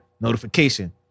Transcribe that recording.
notification